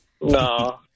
No